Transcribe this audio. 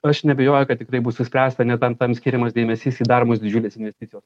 aš neabejoju kad tikrai bus išspręsta ne tam tam skiriamas dėmesys i daromos didžiulės investicijos